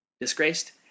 Disgraced